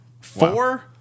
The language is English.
Four